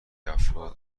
افراد